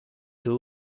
two